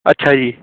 ਅੱਛਾ ਜੀ